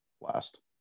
last